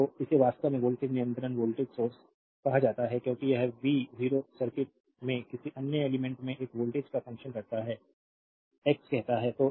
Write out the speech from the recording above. तो इसे वास्तव में वोल्टेज नियंत्रित वोल्टेज सोर्स कहा जाता है क्योंकि यह वी 0 सर्किट में किसी अन्य एलिमेंट्स में इस वोल्टेज का फंक्शन करता है एक्स कहता है